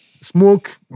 Smoke